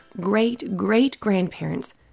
great-great-grandparents